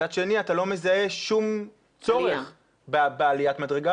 מצד שני אתה לא מזהה שום צורך בעליית מדרגה